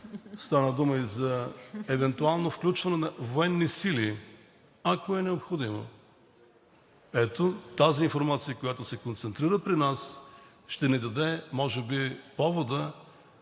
тази тема, и за евентуално включване на военни сили, ако е необходимо. Ето тази информация, която се концентрира при нас, ще ни даде, може би, поводът,